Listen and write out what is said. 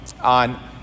on